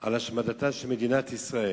על השמדתה של מדינת ישראל,